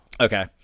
Okay